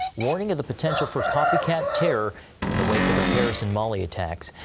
warning of the potential for copycat terror in the wake of the paris and mali attacks.